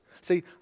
See